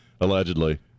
Allegedly